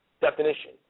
definition